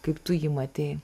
kaip tu jį matei